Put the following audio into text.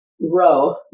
row